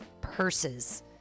purses